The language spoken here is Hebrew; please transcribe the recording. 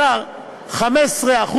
15%,